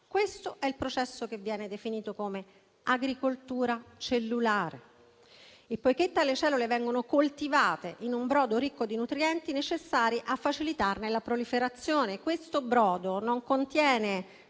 Questo è il processo che viene definito come agricoltura cellulare e le cellule vengono coltivate in un brodo ricco di nutrienti necessari a facilitarne la proliferazione. Questo brodo non contiene